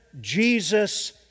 Jesus